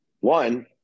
one